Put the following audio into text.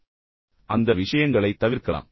எனவே அந்த விஷயங்களைத் தவிர்க்கலாம்